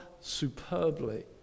superbly